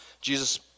Jesus